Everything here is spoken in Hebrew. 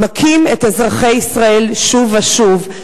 מכים את אזרחי ישראל שוב ושוב.